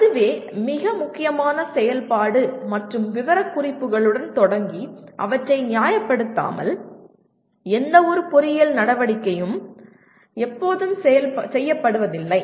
அதுவே மிக முக்கியமான செயல்பாடு மற்றும் விவரக்குறிப்புகளுடன் தொடங்கி அவற்றை நியாயப்படுத்தாமல் எந்தவொரு பொறியியல் நடவடிக்கையும் எப்போதும் செய்யப்படுவதில்லை